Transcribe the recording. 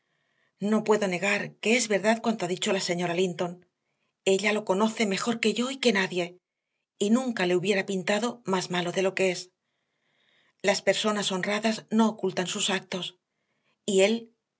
no puedo negar que es verdad cuanto ha dicho la señora linton ella lo conoce mejor que yo y que nadie y nunca le hubiera pintado más malo de lo que es las personas honradas no ocultan sus actos y él